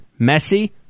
Messi